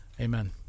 amen